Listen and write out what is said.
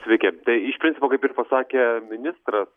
sveiki tai iš principo kaip ir pasakė ministras